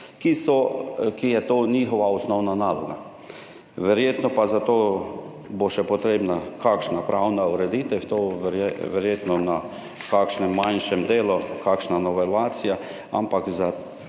ker je to njihova osnovna naloga. Verjetno pa bo za to še potrebna kakšna pravna ureditev, to bo verjetno v kakšnem manjšem delu novelacija, ampak za